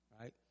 Right